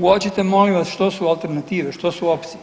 Uočite molim vas što su alternative, što su opcije,